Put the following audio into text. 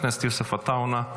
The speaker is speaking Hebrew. חבר הכנסת יוסף עטאונה,